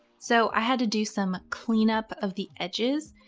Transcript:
so i had to do some cleanup of the edges,